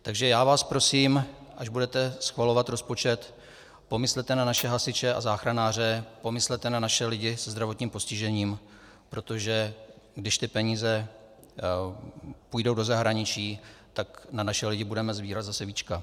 Takže vás prosím, až budete schvalovat rozpočet, pomyslete na naše hasiče a záchranáře, pomyslete na naše lidi se zdravotním postižením, protože když ty peníze půjdou do zahraničí, tak na naše lidi budeme sbírat zase víčka.